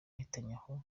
netanyahu